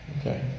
Okay